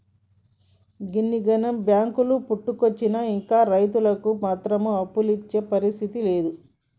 గిన్నిగనం బాంకులు పుట్టుకొచ్చినా ఇంకా రైతులకు మాత్రం అప్పులిచ్చే పరిస్థితి లేదు